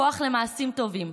כוח למעשים טובים,